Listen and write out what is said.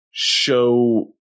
show